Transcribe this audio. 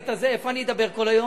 איפה אני אדבר כל היום?